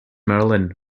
merlin